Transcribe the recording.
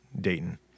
Dayton